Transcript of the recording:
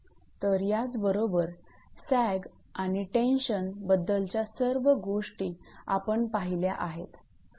तर याच बरोबर सॅग आणि टेन्शन बद्दलच्या सर्व गोष्टी आपण पाहिल्या आहेत